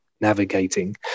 navigating